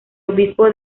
obispo